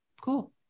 cool